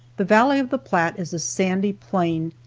the valley of the platte is a sandy plain,